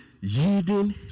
yielding